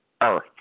earth